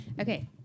Okay